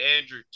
Andrew